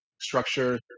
structure